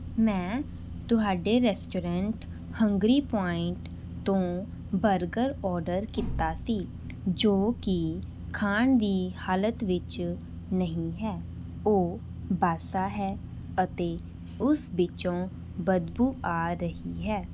ਮੈਂ ਤੁਹਾਡੇ restaurant hungry point ਤੋਂ ਬਰਗਰ ਆਰਡਰ ਕੀਤਾ ਸੀ ਜੋ ਕਿ ਖਾਣ ਦੀ ਹਾਲਤ ਵਿਚ ਨਹੀਂ ਹੈ ਉਹ ਬਾਸਾ ਹੈ ਅਤੇ ਉਸ ਵਿੱਚੋਂ ਬਦਬੂ ਆ ਰਹੀ ਹੈ